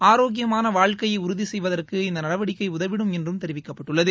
ஆரோக்கியமான வாழக்கையை உறுதி செய்வதற்கு இந்த நடவடிக்கை உதவிடும் என்றும் தெரிவிக்கப்பட்டுள்ளது